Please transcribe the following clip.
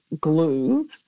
glue